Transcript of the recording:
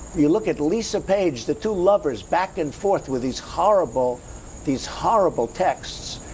you look at lisa page, the two lovers, back and forth with these horrible these horrible texts.